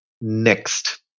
Next